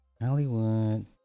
Hollywood